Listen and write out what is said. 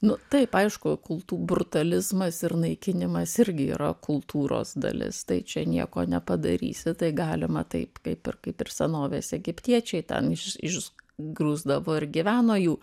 nu taip aišku kultų brutalizmas ir naikinimas irgi yra kultūros dalis tai čia nieko nepadarysi tai galima taip kaip ir kaip ir senovės egiptiečiai ten iš išgrūsdavo ir gyveno jų